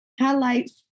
highlights